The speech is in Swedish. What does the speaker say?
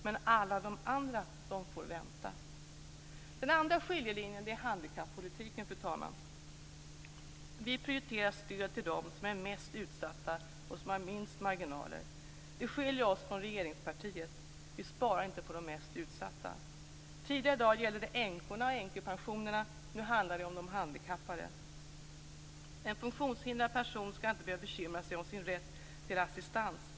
Men alla de andra får vänta. Fru talman! Den andra skiljelinjen är handikappolitiken. Vi prioriterar stöd till dem som är mest utsatta och som har minst marginaler. Det skiljer oss från regeringspartiet. Vi sparar inte på de mest utsatta. Tidigare i dag gällde det änkorna och änkepensionerna. Nu handlar det om de handikappade. En funktionshindrad person skall inte behöva bekymra sig om sin rätt till assistans.